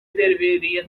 deveria